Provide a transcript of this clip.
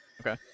Okay